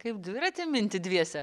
kaip dviratį minti dviese